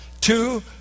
Two